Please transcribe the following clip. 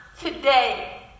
today